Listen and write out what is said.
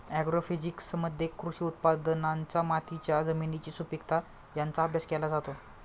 ॲग्रोफिजिक्समध्ये कृषी उत्पादनांचा मातीच्या जमिनीची सुपीकता यांचा अभ्यास केला जातो